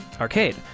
Arcade